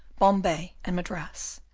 bombay, and madras,